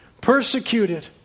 Persecuted